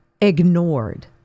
ignored